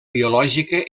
biològica